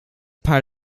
part